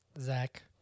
Zach